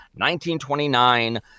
1929